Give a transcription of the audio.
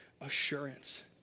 assurance